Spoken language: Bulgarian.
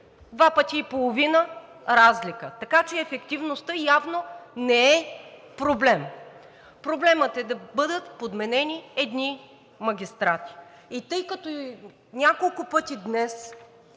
два пъти и половина разлика. Така че ефективността явно не е проблем, проблем е да бъдат подменени едни магистрати. Тъй като няколко пъти днес